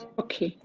okay,